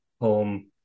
home